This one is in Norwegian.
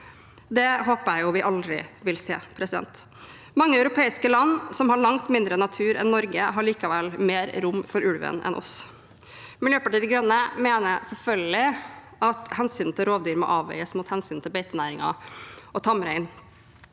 Det håper jeg vi aldri vil se. Mange europeiske land, som har langt mindre natur enn Norge, har likevel mer rom for ulven enn oss. Miljøpartiet De Grønne mener selvfølgelig at hensynet til rovdyr må avveies mot hensynet til beitenæringen og tamrein.